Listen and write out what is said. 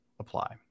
apply